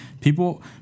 people